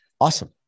Awesome